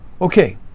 Okay